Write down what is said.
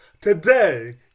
today